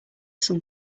some